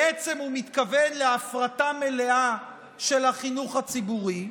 בעצם הוא מתכוון להפרטה מלאה של החינוך הציבורי.